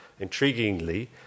intriguingly